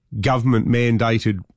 government-mandated